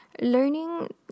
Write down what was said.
learning